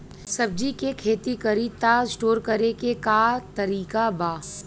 सब्जी के खेती करी त स्टोर करे के का तरीका बा?